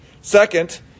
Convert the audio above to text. Second